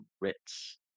Ritz